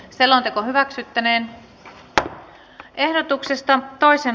selonteko hyväksyttiin